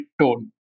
tone